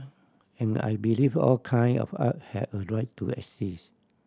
and I believe all kind of art have a right to exists